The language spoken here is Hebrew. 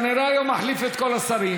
אתה כנראה היום מחליף את כל השרים.